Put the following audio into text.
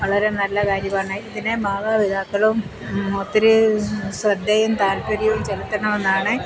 വളരെ നല്ല കാര്യമാണ് ഇതിന് മാതാപിതാക്കളും ഒത്തിരി ശ്രദ്ധയും താൽപ്പര്യവും ചെലുത്തണമെന്നാണ്